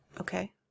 Okay